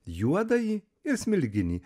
juodąjį ir smilginį